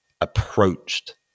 approached